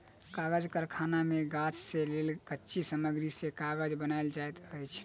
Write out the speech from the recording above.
कागज़ कारखाना मे गाछ से लेल कच्ची सामग्री से कागज़ बनायल जाइत अछि